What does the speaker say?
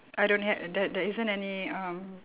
I don't have that there isn't any um